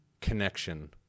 connection